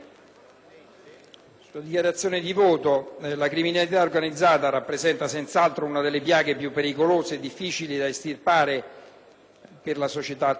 signori colleghi, la criminalità organizzata rappresenta senz'altro una delle piaghe più pericolose e difficili da estirpare per la società attuale.